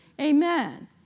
Amen